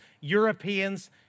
Europeans